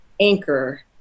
anchor